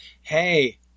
Hey